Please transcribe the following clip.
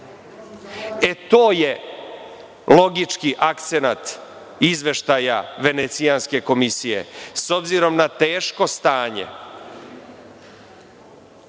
E to je logički akcenat izveštaja Venecijanske komisije – s obzirom na teško stanje.Zašto